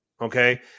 Okay